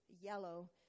yellow